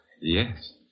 yes